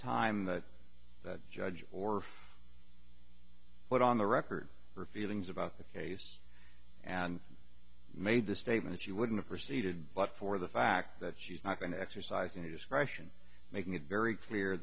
time that the judge or put on the record her feelings about the case and made the statement she wouldn't proceeded but for the fact that she's not going to exercise any discretion making it very clear